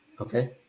Okay